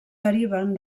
deriven